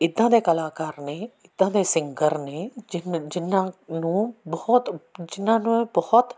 ਇੱਦਾਂ ਦੇ ਕਲਾਕਾਰ ਨੇ ਇੱਦਾਂ ਦੇ ਸਿੰਗਰ ਨੇ ਜਿਨ੍ਹਾਂ ਜਿਨ੍ਹਾਂ ਨੂੰ ਬਹੁਤ ਜਿਨ੍ਹਾਂ ਨੂੰ ਇਹ ਬਹੁਤ